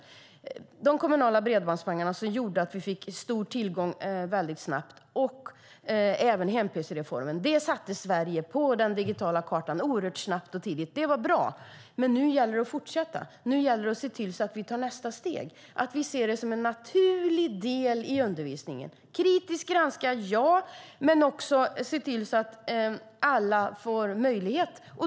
Det var de kommunala bredbandspengarna och även hem-pc-reformen som gjorde att vi fick stor tillgång till it snabbt. Det satte Sverige på den digitala kartan oerhört snabbt och tidigt. Det var bra. Men nu gäller det att fortsätta och att vi tar nästa steg. It ska vara en naturlig del i undervisningen. It ska kritiskt granskas, men alla ska också få tillgång till it.